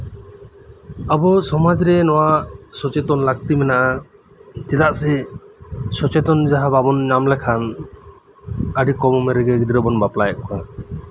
ᱟᱵᱚ ᱥᱚᱢᱟᱡ ᱨᱮ ᱱᱚᱣᱟ ᱥᱚᱪᱮᱛᱚᱱ ᱞᱟᱹᱠᱛᱤ ᱢᱮᱱᱟᱜᱼᱟ ᱪᱮᱫᱟᱜ ᱥᱮ ᱥᱚᱪᱮᱛᱚᱱ ᱡᱟᱸᱦᱟ ᱵᱟᱵᱚᱱ ᱧᱟᱢ ᱞᱮᱠᱷᱟᱱ ᱟᱹᱰᱤ ᱠᱚᱢ ᱩᱢᱮᱨ ᱨᱮ ᱜᱤᱫᱽᱨᱟᱹ ᱵᱚᱱ ᱵᱟᱯᱞᱟᱭᱮᱫ ᱠᱚᱣᱟ